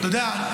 אתה יודע,